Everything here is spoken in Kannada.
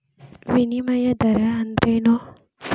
ವಿನಿಮಯ ದರ ಅಂದ್ರೇನು?